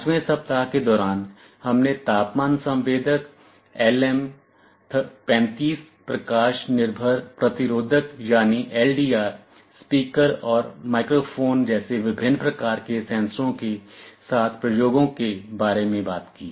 5 वें सप्ताह के दौरान हमने तापमान संवेदक LM35 प्रकाश निर्भर प्रतिरोधक यानी LDR स्पीकर और माइक्रोफोन जैसे विभिन्न प्रकार के सेंसरों के साथ प्रयोगों के बारे में बात की